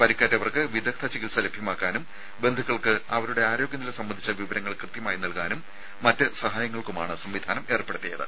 പരിക്കേറ്റവർക്ക് വിദഗ്ദ്ധ ചികിത്സ ലഭ്യമാക്കാനും ബന്ധുക്കൾക്ക് അവരുടെ ആരോഗ്യനില സംബന്ധിച്ച വിവരങ്ങൾ കൃത്യമായി നൽകാനും മറ്റ് സഹായങ്ങൾക്കുമാണ് സംവിധാനം ഏർപ്പെടുത്തിയത്